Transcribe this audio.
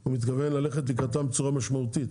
הוא מתכוון ללכת לקראתם בצורה משמעותית,